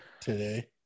today